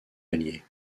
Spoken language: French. alliés